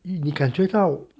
你你感觉到